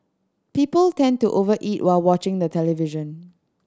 people tend to over eat while watching the television